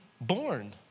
born